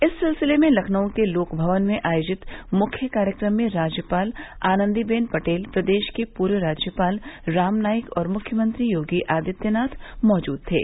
इस सिलसिले में लखनऊ के लोकभवन में आयेजित मुख्य कार्यक्रम में राज्यपाल आनंदी बेन पटेल प्रदेश के पूर्व राज्यपाल राम नाईक और मुख्यमंत्री योगी आदित्यनाथ मौजूद थे